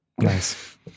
Nice